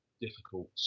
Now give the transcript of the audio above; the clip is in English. difficult